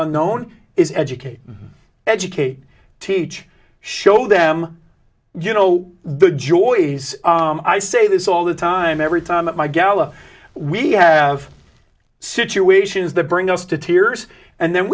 unknown is educate educate teach show them you know the joys i say this all the time every time that my galah we have situations the bring us to tears and then